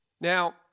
Now